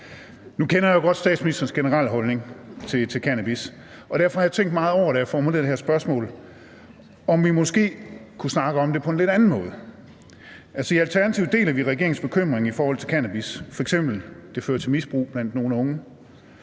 Nu kender jeg jo godt statsministerens generelle holdning til cannabis, og derfor har jeg tænkt meget over, da jeg formulerede det her spørgsmål, om vi måske kunne snakke om det på en lidt anden måde. Altså, i Alternativet deler vi regeringens bekymring i forhold til cannabis, f.eks. at det fører til misbrug blandt nogle unge,